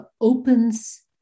opens